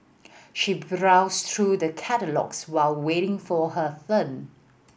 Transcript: she browsed through the catalogues while waiting for her turn